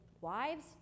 wives